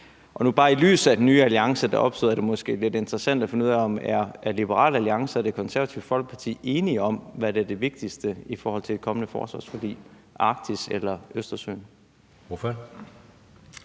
I lyset af den nye alliance, der er opstået, er det måske lidt interessant at finde ud af, om Liberal Alliance og Det Konservative Folkeparti er enige om, hvad der er det vigtigste i forhold til et kommende forsvarsforlig – Arktis og Østersøen.